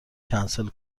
کنسل